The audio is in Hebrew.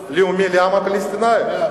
בית לאומי לעם הפלסטיני.